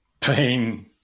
Pain